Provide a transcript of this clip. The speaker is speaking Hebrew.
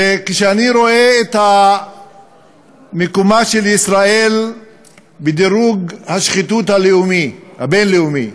וכשאני רואה את מקומה של ישראל בדירוג השחיתות הבין-לאומי,